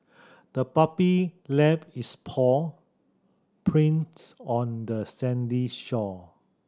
the puppy left its paw prints on the sandy shore